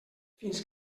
fins